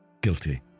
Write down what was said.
guilty